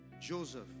Joseph